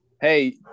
hey